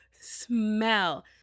smell